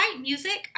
music